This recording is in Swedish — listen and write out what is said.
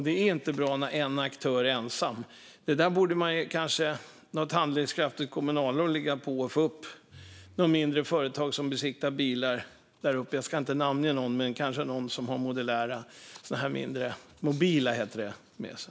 Det är inte bra när en aktör är ensam. Något handlingskraftigt kommunalråd borde kanske ligga på och få upp något mindre företag som besiktigar bilar. Jag ska inte namnge någon men kanske någon som har sådana här mobila med sig.